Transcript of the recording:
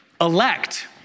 Elect